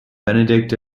benedict